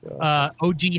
OG